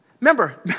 Remember